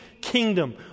kingdom